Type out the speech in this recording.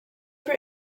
for